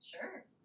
Sure